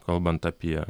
kalbant apie